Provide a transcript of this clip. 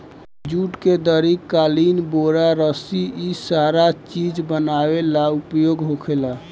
जुट के दरी, कालीन, बोरा, रसी इ सारा चीज बनावे ला उपयोग होखेला